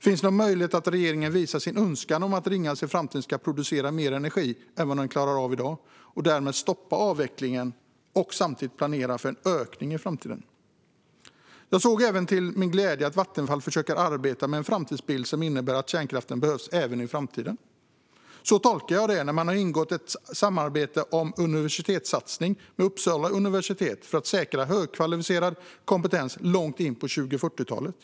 Finns det en möjlighet att regeringen visar sin önskan att Ringhals i framtiden ska producera mer energi än vad man klarar av i dag och att avvecklingen därmed stoppas och en framtida ökning planeras? Jag såg till min glädje att Vattenfall verkar arbeta med en framtidsbild där kärnkraften behövs även framöver. Så tolkar jag samarbetet och satsningen med Uppsala universitet för att säkra högkvalificerad kompetens långt in på 2040-talet.